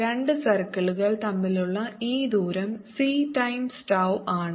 രണ്ട് സർക്കിളുകൾ തമ്മിലുള്ള ഈ ദൂരം c times tau ആണ്